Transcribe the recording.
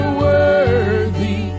worthy